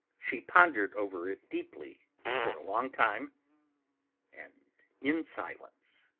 she pondered over it deeply for a long time and in silence.